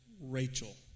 Rachel